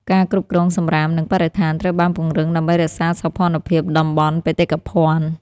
ការគ្រប់គ្រងសំរាម និងបរិស្ថានត្រូវបានពង្រឹងដើម្បីរក្សាសោភ័ណភាពតំបន់បេតិកភណ្ឌ។